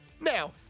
Now